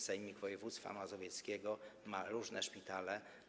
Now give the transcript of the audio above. Sejmik Województwa Mazowieckiego ma różne szpitale.